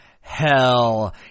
hell